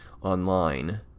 online